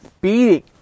beating